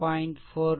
42 watt